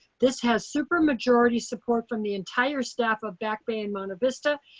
this has super majority support from the entire staff of back bay and monte vista.